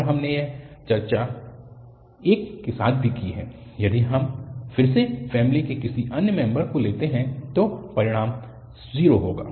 और हमने यह चर्चा 1 के साथ भी की है यदि हम फिर से फैमिली के किसी अन्य मेम्बर को लेते हैं तो परिणाम 0 होगा